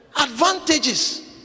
advantages